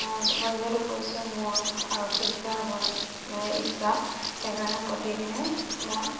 মই যিহেতু কৈছোঁৱে মোৰ আৰক্ষী বিষয়ে হ'বলৈ ইচ্ছা সেইকাৰণে প্ৰতিদিনে মই